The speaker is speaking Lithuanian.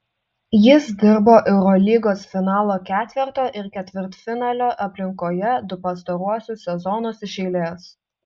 jis dirbo eurolygos finalo ketverto ir ketvirtfinalio aplinkoje du pastaruosius sezonus iš eilės